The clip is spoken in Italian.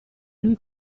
lui